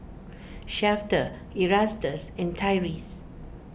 Shafter Erastus and Tyrese